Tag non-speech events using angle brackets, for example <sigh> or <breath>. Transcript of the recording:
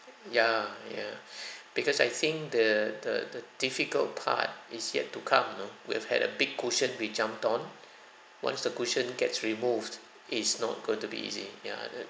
ya ya <breath> because I think the the the difficult part is yet to come you know we've had a big cushion we jumped on <breath> once the cushion gets removed it is not going to be easy ya then